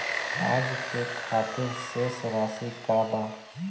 आज के खातिर शेष राशि का बा?